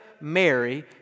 Mary